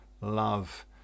love